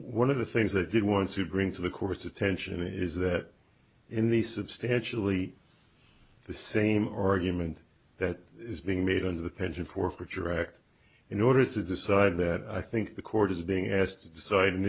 one of the things they did want to bring to the court's attention is that in the substantially the same argument that is being made into the pension forfeiture act in order to decide that i think the court is being asked to decide an